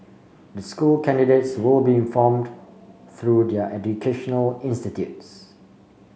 the school candidates will be informed through their educational institutes